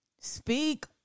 Speak